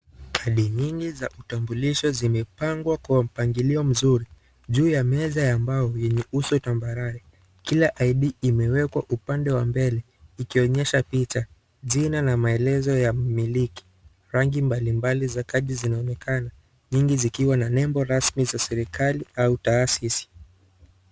Kadi nyingi za utambulisho zimepangwa kwa mpangilio mzuri juu ya meza ya mbao yenye uso iliyotambarare kila ID imewekwa upande mbele ikionyesha picha jina na maelezo ya mmiliki, rangi mbalimbali za kadi zinaonekana nyingi zikiwa na nembo rasmi za serikali au tahasisi.